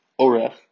orech